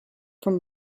from